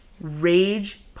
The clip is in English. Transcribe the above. Rage